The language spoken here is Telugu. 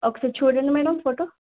ఒకసారి చూడండి మేడమ్ ఫోటో